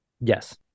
yes